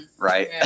Right